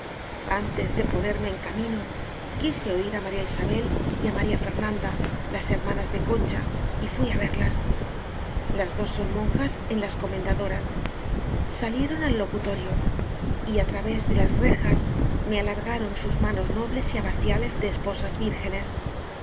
antes de ponerme en camino quise oir á maría isabel y á maría fernanda las her manas de concha y fui á verlas las dos son monjas en las comendadoras salieron al locutorio y á través de las rejas me alargaron sus manos nobles y abaciales de esposas vírgenes